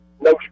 no